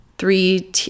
Three